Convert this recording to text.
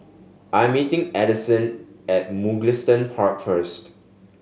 I am meeting Adison at Mugliston Park first